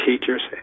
teachers